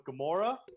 Gamora